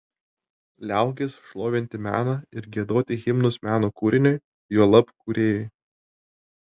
liaukis šlovinti meną ir giedoti himnus meno kūriniui juolab kūrėjui